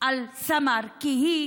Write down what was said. על סמר, כי היא